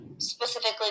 Specifically